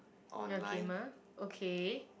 you're a gamer okay